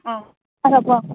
ꯑꯥ ꯍꯜꯂꯛꯑꯕꯣ